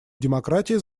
демократии